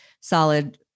solid